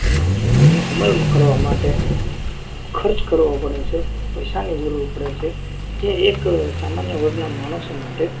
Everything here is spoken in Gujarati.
એનો અમલ કરવા માટે ખર્ચ કરવો પડે છે પૈસાની જરૂર પડે છે જે એક સામાન્ય વર્ગના માણસો માટે